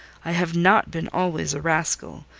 i have not been always a rascal,